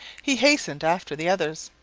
he hastened after the others.